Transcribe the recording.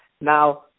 Now